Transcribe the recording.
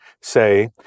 say